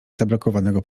zabrakowanego